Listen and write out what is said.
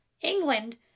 England